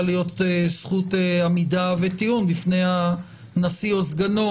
להיות זכות עמידה וטיעון בפני הנשיא או סגנו,